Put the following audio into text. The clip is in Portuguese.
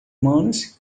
humanos